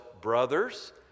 brothers